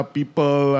People